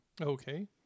Okay